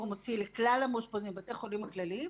מוציא לכלל המאושפזים בבתי החולים הכלליים.